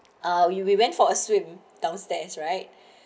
uh we we went for a swim downstairs right